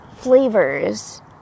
flavors